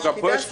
הוא בא לומר.